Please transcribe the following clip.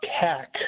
hack